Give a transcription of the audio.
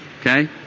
Okay